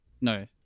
no